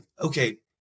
okay